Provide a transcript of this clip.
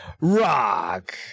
Rock